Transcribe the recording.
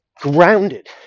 grounded